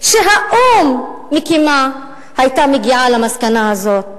שהאו"ם מקים היתה מגיעה למסקנה הזאת.